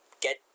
get